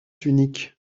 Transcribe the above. unique